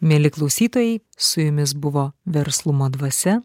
mieli klausytojai su jumis buvo verslumo dvasia